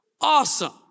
awesome